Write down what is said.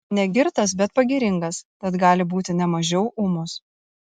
negirtas bet pagiringas tad gali būti ne mažiau ūmus